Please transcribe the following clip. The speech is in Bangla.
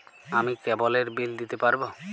আমি কেবলের বিল দিতে পারবো?